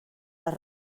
les